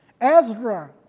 Ezra